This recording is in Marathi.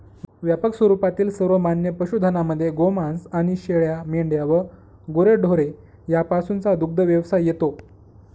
व्यापक स्वरूपातील सर्वमान्य पशुधनामध्ये गोमांस आणि शेळ्या, मेंढ्या व गुरेढोरे यापासूनचा दुग्धव्यवसाय येतो